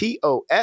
TOS